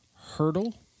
hurdle